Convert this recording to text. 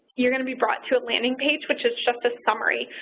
you're going to be brought to a landing page, which is just a summary.